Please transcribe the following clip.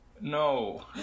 No